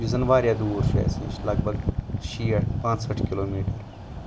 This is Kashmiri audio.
یُس زن واریاہ دوٗر چھُ اَسہِ نِش لگ بگ شیٹھ پانٛژٕہٲٹھ کُلومیٖٹر